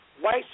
white